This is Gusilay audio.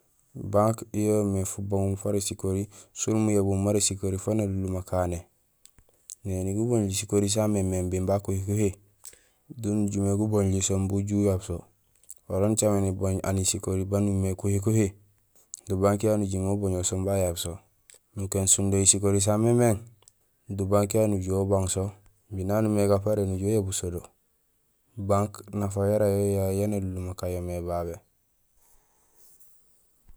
Banquée yo yoomé fubaŋum fara sikori sén muyabum mara sikori faan alunlum akané. Néni guboñuli sikori sa mééŋ biin ba kuhikuhi, do gujumé guboñuli so imbi uju uyaab so, wala nucaméén ébooñ ani sikori baan umimé kuhikuhi, do banque yayu nujumé uboñol so imbi ayaab so, nukéén sundoyi sikori sa mémééŋ, do banque yayu nujuhé ubang so imbi naan ubimé gaparé nujoow uyabul so do. Banque nafa yara yo, yo yaayé yaan alunlum akanyo mé babé